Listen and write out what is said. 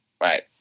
Right